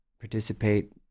participate